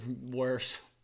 worse